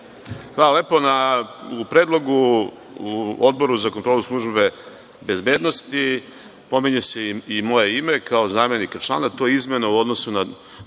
Hvala lepo. U predlogu u Odboru za kontrolu službe bezbednosti, pominje se i moje ime, kao zamenika člana. To je izmena u odnosu na